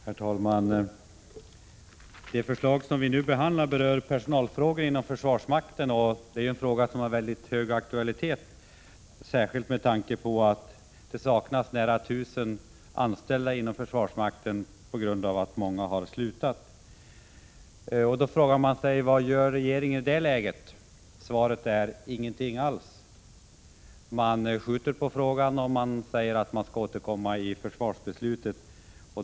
Herr talman! Det förslag som vi nu behandlar rör personalfrågor inom försvarsmakten, och det är frågor som har väldigt hög aktualitet, särskilt med tanke på att det saknas nära 1 000 anställda inom försvarsmakten på grund av att många har slutat. Då frågar man sig: Vad gör regeringen i det läget? Svaret är: Ingenting alls! Regeringen skjuter på frågorna och säger att man skall återkomma i samband med försvarsbeslutet.